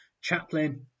Chaplin